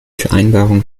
vereinbarung